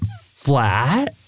flat